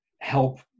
help